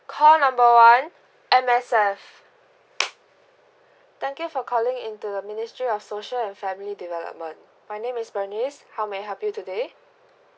call number one M_S_F thank you for calling into the ministry of social and family development my name is bernice how may I help you today